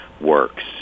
works